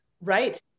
Right